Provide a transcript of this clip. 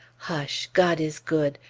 hush, god is good!